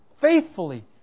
Faithfully